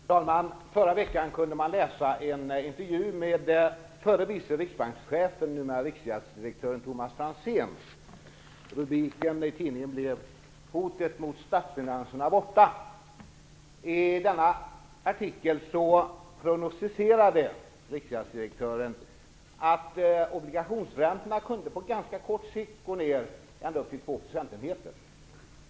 Fru talman! Förra veckan kunde man läsa en intervju med förre vice riksbankschefen, numera riksgäldsdirektören, Thomas Franzén. Rubriken i tidningen är: Hotet mot statsfinanserna är borta. I denna artikel prognostiserade riksgäldsdirektören att obligationsräntorna kunde på ganska kort sikt gå ner med ända upp till två procentenheter.